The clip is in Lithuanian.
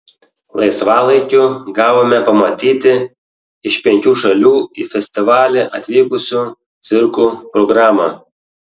laisvalaikiu gavome pamatyti iš penkių šalių į festivalį atvykusių cirkų programą